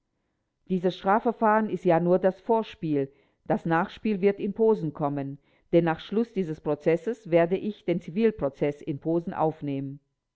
dieses strafverfahren ist ja nur das vorspiel das nachspiel wird in posen kommen denn nach schluß dieses prozesses werde ich den zivilprozeß in posen aufnehmen